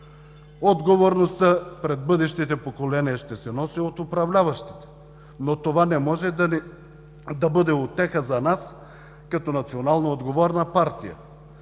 Отговорността пред бъдещите поколения ще се носи от управляващите, но това не може да бъде утеха за нас като национално отговорна партия,